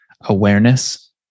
awareness